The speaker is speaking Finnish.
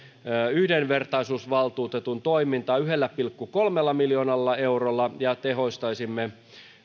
yhdenvertaisuusvaltuutetun toimintaa yhdellä pilkku kolmella miljoonalla eurolla ja tehostaisimme